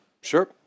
Sure